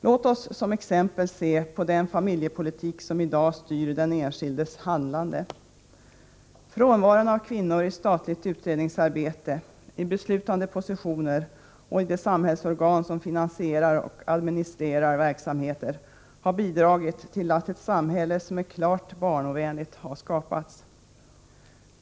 Låt oss som exempel se på den familjepolitik som i dag styr den enskildes handlande. Frånvaron av kvinnor i statligt utredningsarbete, i beslutande positioner och i de samhällsorgan som finansierar och administrerar verksamheter har bidragit till att ett samhälle som är klart barnovänligt har skapats.